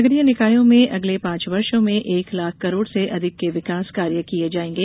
नगरीय निकायों में अगले पांच वर्षो में एक लाख करोड़ से अधिक के विकास कार्य किये जायेंगे